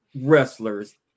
wrestlers